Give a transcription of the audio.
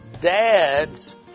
dad's